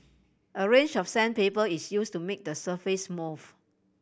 a range of sandpaper is use to make the surface smooth